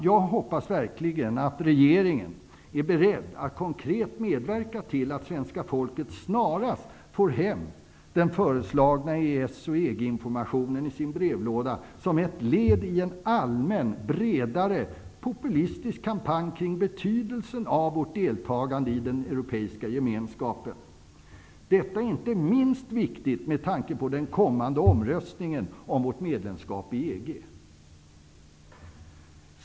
Jag hoppas verkligen att regeringen är beredd att konkret medverka till att svenska folket snarast får hem den föreslagna EES och EG informationen i sin brevlåda -- som ett led i en allmän bredare populistisk kampanj kring betydelsen av vårt deltagande i den europeiska gemenskapen. Detta är inte minst viktigt med tanke på den kommande omröstningen om vårt medlemskap i EG.